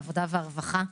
העבודה והרווחה.